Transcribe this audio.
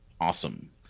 awesome